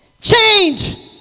Change